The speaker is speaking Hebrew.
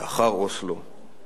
לאחר אוסלו.